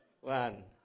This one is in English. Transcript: one